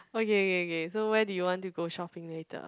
okay okay okay so where do you want to go shopping later